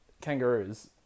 kangaroos